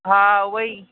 हा हुओ ई